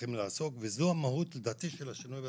לדעתי זו המהות של השינוי בתקנות.